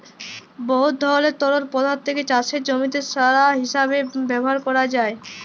বহুত ধরলের তরল পদাথ্থকে চাষের জমিতে সার হিঁসাবে ব্যাভার ক্যরা যায়